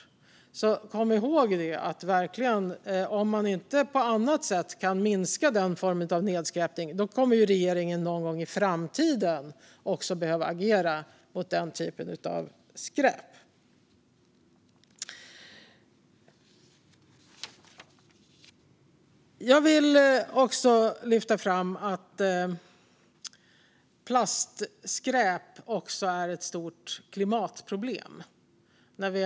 Så kom ihåg att om man inte nu på annat sätt kan minska denna form av nedskräpning kommer regeringen någon gång i framtiden att behöva agera också mot denna typ av skräp. När vi ändå står här i kammaren vill jag lyfta fram att plastskräp också är ett stort klimatproblem.